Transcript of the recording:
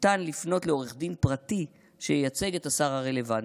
ניתן לפנות לעורך דין פרטי שייצג את השר הרלוונטי.